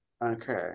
okay